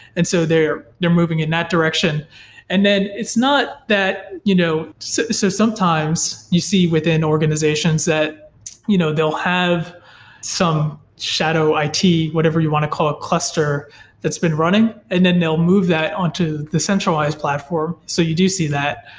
and so they're they're moving in that direction and then it's not that you know so so sometimes you see within organizations that you know they'll have some shadow it, whatever you want to call it, cluster that's been running, and then they'll move that onto the centralized platform, so you do see that.